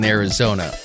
Arizona